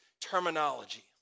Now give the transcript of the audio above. terminology